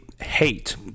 hate